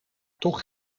toch